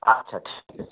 আচ্ছা ঠিক আছে